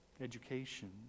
education